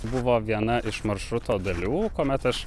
buvo viena iš maršruto dalių kuomet aš